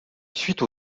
suite